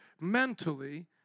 mentally